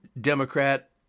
Democrat